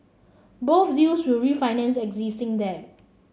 both deals will refinance existing debt